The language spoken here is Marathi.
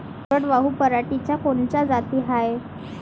कोरडवाहू पराटीच्या कोनच्या जाती हाये?